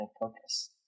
purpose